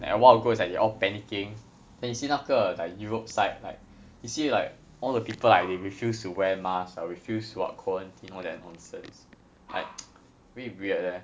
and a while ago it was like they were all panicking then you see 那个 like europe side like you see like all the people like they refused to wear masks or refused what quarantine all that nonsense like a bit weird leh